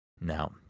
Now